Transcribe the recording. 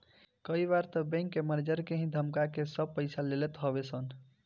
कई बार तअ बैंक के मनेजर के ही धमका के सब पईसा ले लेत हवे सन